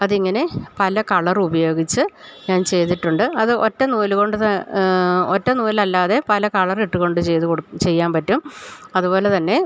അതിങ്ങനെ പല കളറുപയോഗിച്ച് ഞാൻ ചെയ്തിട്ടുണ്ട് അത് ഒറ്റ നൂല് കൊണ്ടത് ഒറ്റ നൂൽ അല്ലാതെ പല കളറിട്ട് കൊണ്ട് ചെയ്ത് ചെയ്യാൻ പറ്റും അത്പോലെ തന്നെ